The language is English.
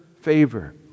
favor